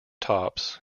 tops